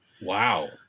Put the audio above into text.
Wow